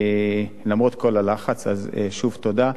למרות כל הלחץ, אז שוב תודה.